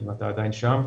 אם אתה עדיין שם.